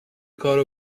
کارو